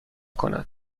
کند